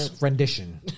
Rendition